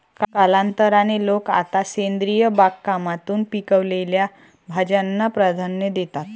कालांतराने, लोक आता सेंद्रिय बागकामातून पिकवलेल्या भाज्यांना प्राधान्य देतात